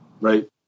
right